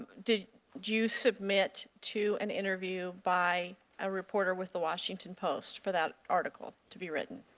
did you submit to an interview by a reporter with the washington post for that article to be written?